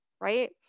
right